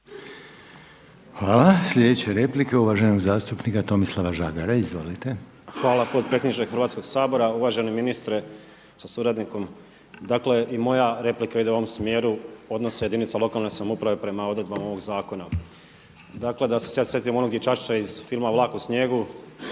Hvala. Sljedeća replika uvaženog zastupnika Tomislava Žagara. Izvolite. **Žagar, Tomislav (Nezavisni)** Hvala potpredsjedniče Hrvatskog sabora. Uvaženi ministre sa suradnikom. Dakle i moja replika ide u onom smjeru odnosa jedinica lokalne samouprave prema odredbama ovog zakona. Dakle da se ja sjetim onog dječačića iz filma „Vlak u snijegu“,